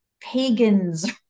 pagans